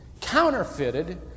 counterfeited